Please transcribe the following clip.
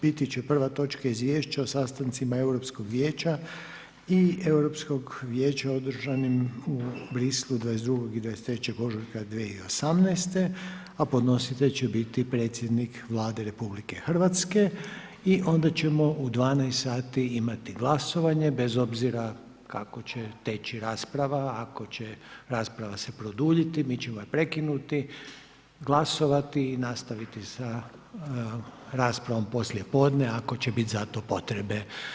Biti će prva točka Izvješća o sastancima Europskog vijeća i Europskog vijeća održanim u Bruxellesu 22. i 23. ožujka 2018. a podnositelj će biti Predsjednik Vlade RH i onda ćemo u 12 sati imati glasovanje bez obzira kako će teći rasprava, ako će rasprava se produljiti, mi ćemo je prekinuti, glasovati i nastaviti sa raspravom poslije podne, ako će biti za to potrebe.